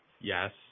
Yes